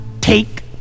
take